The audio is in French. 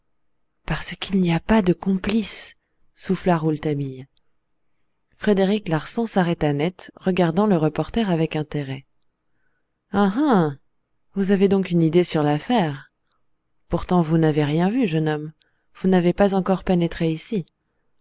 parce qu'il n'y a pas de complices souffla rouletabille frédéric larsan s'arrêta net regardant le reporter avec intérêt ah ah vous avez donc une idée sur l'affaire pourtant vous n'avez rien vu jeune homme vous n'avez pas encore pénétré ici